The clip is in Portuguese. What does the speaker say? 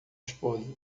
esposa